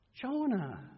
Jonah